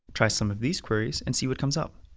try some of these queries and see what comes up.